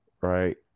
right